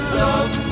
love